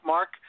Mark